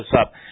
up